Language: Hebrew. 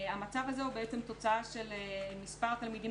המצב הזה הוא תוצאה של מספר תלמידים